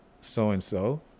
so-and-so